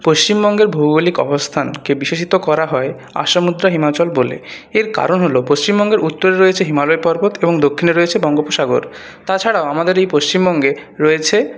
পশ্চিমবঙ্গের ভৌগোলিক অবস্থানকে বিশেষিত করা হয় আসমুদ্র হিমাচল বলে এর কারণ হলো পশ্চিমবঙ্গের উত্তরে রয়েছে হিমালয় পর্বত এবং দক্ষিণে রয়েছে বঙ্গোপসাগর তাছাড়াও আমাদের এই পশ্চিমবঙ্গে রয়েছে